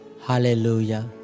Hallelujah